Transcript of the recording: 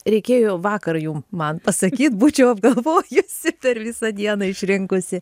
reikėjo vakar jum man pasakyt būčiau apgalvojusi per visą dieną išrinkusi